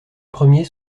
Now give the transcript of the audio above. premiers